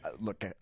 Look